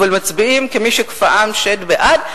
אבל מצביעים כמי שכפאם שד בעד,